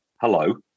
hello